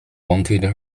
wanted